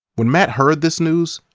when matt heard this news,